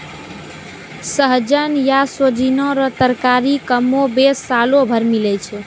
सहजन या सोजीना रो तरकारी कमोबेश सालो भर मिलै छै